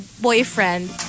boyfriend